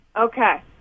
Okay